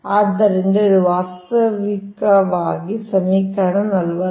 ಆದ್ದರಿಂದ ಇದು ವಾಸ್ತವವಾಗಿ ಸಮೀಕರಣ 45